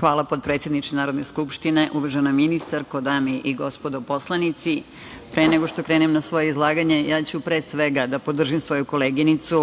Hvala, potpredsedniče Narodne skupštine. Uvažena ministarko, dame i gospodo narodni poslanici, pre nego što krenem na svoje izlaganje, ja ću pre svega da podržim svoju koleginicu,